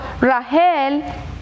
Rahel